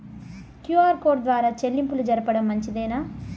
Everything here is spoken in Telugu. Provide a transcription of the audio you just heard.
క్యు.ఆర్ కోడ్ ద్వారా చెల్లింపులు జరపడం మంచిదేనా?